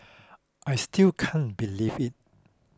I still can't believe it